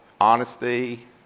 Honesty